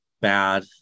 bad